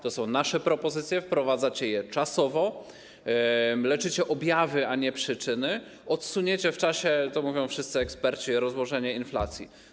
To są nasze propozycje, wprowadzacie je czasowo, leczycie objawy, a nie przyczyny, odsunięcie w czasie - to mówią wszyscy eksperci - rozłożenie inflacji.